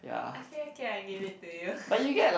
okay okay I give it to you